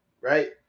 right